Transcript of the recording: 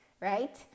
right